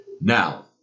Now